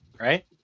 right